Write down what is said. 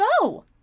go